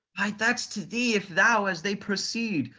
why that's to thee if thou, as they proceed,